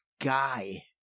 guy